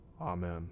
Amen